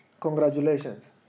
Congratulations